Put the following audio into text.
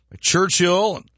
Churchill